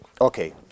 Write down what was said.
Okay